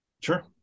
sure